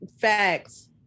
Facts